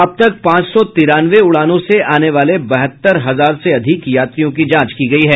अब तक पांच सौ तिरानवे उड़ानों से आने वाले बहत्तर हजार से अधिक यात्रियों की जांच की गयी है